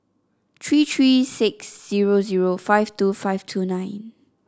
three three six zero zero five two five two nine